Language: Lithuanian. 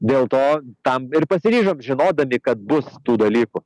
dėl to tam ir pasiryžom žinodami kad bus tų dalykų